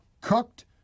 cooked